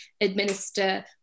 administer